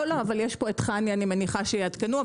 אבל חנ"י פה, אני מניחה שיעדכנו.